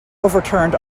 overturned